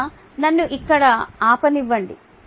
ఇంక నన్ను ఇక్కడ ఆపనివ్వండి